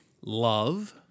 love